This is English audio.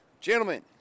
gentlemen